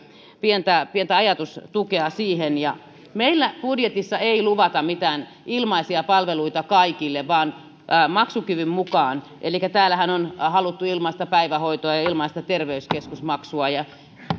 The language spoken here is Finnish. pientä pientä ajatustukea siihen meillä budjetissa ei luvata mitään ilmaisia palveluita kaikille vaan maksukyvyn mukaan elikkä täällähän on haluttu ilmaista päivähoitoa ja ilmaista terveyskeskusmaksua